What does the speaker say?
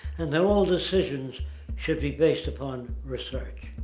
and that all decisions should be based upon research.